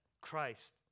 Christ